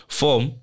form